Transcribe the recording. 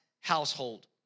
household